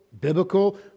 biblical